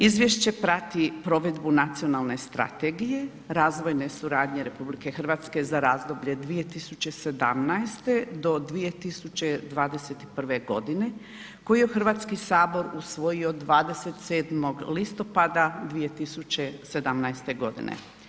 Izvješće prati provedbu Nacionale strategije razvojne suradnje RH za razdoblje 2017.-2021. godine koju je Hrvatski sabor usvojio 27. listopada 2017. godine.